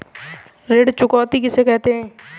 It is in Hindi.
ऋण चुकौती किसे कहते हैं?